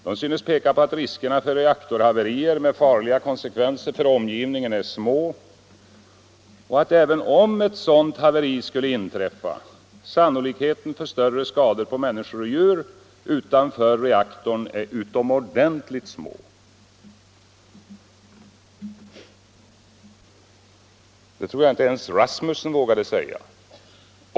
De synes peka på att riskerna för reaktorhaverier med farliga konsekvenser för omgivningen är små och att även om ett sådant haveri skulle inträffa, sannolikheten för större skador på människor och djur utanför reaktorn är utomordentligt små.” Det tror jag inte ens Norman Rasmussen hade vågat säga.